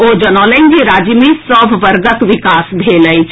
ओ जनौलनि जे राज्य मे सभ वर्गक विकास भेल अछि